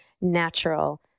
natural